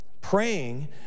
praying